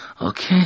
Okay